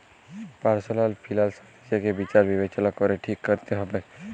personal ফিলালস লিজেকে বিচার বিবেচলা ক্যরে ঠিক ক্যরতে হবেক